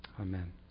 Amen